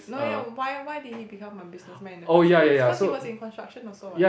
no eh why why did he become a business man in the first place cause he was in construction also what